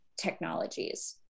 technologies